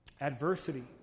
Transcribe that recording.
adversity